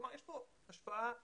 כלומר, יש כאן השפעה משמעותית.